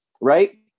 right